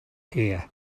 here